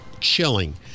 chilling